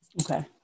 Okay